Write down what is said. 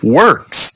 works